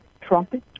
trumpet